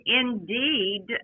indeed